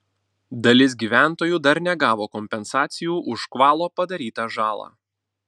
dalis gyventojų dar negavo kompensacijų už škvalo padarytą žalą